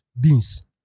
beans